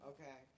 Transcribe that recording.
Okay